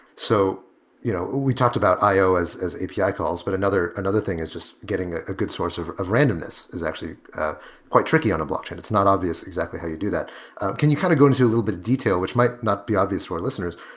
so you know we talked about io as as api calls, but another another thing is just getting ah a good source of of randomness is actually quite tricky on a blockchain. it's not obvious, exactly how you do that you kind of go into a little bit detail, which might not be obvious for listeners?